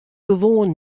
gewoan